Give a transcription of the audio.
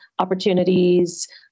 opportunities